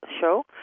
show